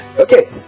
Okay